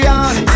on